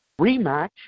rematch